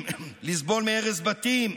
לסבול מהרס בתים,